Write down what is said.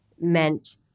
meant